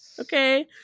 Okay